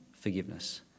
forgiveness